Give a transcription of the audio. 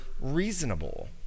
reasonable